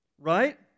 right